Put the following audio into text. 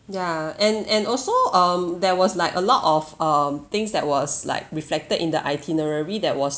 yeah and and also um there was like a lot of um things that was like reflected in the itinerary that was